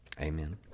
Amen